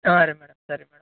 ಹಾಂ ರೀ ಮೇಡಮ್ ಸರಿ ಮೇಡಮ್